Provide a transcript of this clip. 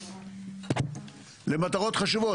למטרות חשובות,